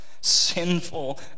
sinful